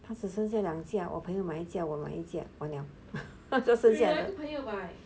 他只剩下两架我朋友买一架我买一架完了